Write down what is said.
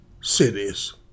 cities